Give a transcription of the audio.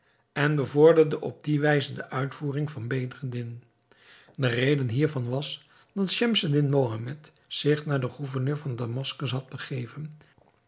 en bevorderde op die wijze de uitvoering van bedreddin de reden hiervan was dat schemseddin mohammed zich naar den gouverneur van damaskus had begeven